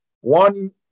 One